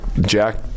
Jack